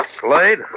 Slade